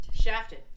Shafted